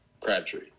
Crabtree